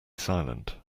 silent